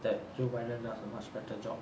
that joe biden does a much better job